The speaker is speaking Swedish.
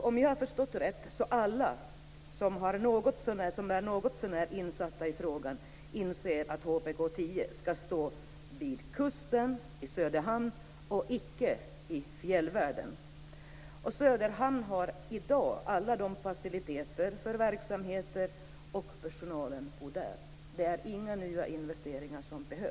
Om jag har förstått det rätt, inser alla som är något så när insatta i frågan att Helikopter 10 skall stå vid kusten i Söderhamn och icke i fjällvärlden. Söderhamn har i dag alla faciliteter för verksamheter, och personalen bor där. Det behövs inga nya investeringar.